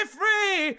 free